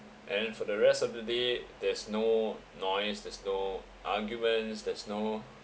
and for the rest of the day there's no noise there's no arguments there's no